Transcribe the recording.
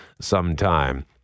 sometime